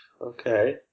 Okay